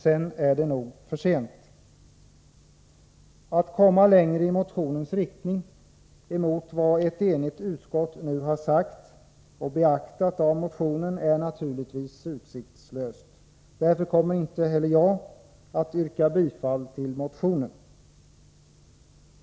Sedan är det nog för sent. Att komma längre i motionens riktning emot ett enigt utskott är naturligtvis utsiktslöst. Därför kommer inte heller jag att yrka bifall till motionen.